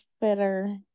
better